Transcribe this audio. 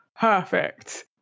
perfect